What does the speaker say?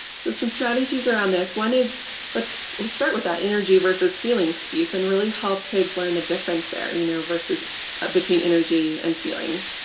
so some strategies are on this one is let's let's start with that energy versus feelings piece and really help kids learn the difference there you know versus between energy and feelings.